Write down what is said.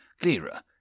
clearer